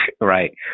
Right